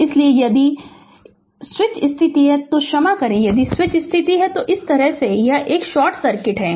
इसलिए यदि स्विच स्थिति क्षमा करें यदि स्विच स्थिति इस तरह है तो यह शॉर्ट सर्किट है